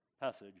passage